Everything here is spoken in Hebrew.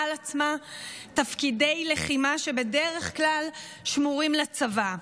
על עצמה תפקידי לחימה שבדרך כלל שמורים לצבא.